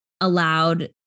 allowed